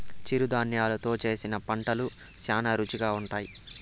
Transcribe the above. చిరుధాన్యలు తో చేసిన వంటలు శ్యానా రుచిగా ఉంటాయి